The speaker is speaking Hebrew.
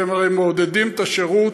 אתם הרי מעודדים את השירות,